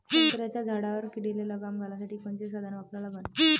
संत्र्याच्या झाडावर किडीले लगाम घालासाठी कोनचे साधनं वापरा लागन?